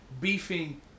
beefing